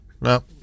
No